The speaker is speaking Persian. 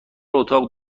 اتاق